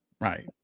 Right